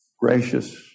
gracious